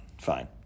fine